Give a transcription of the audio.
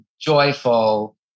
joyful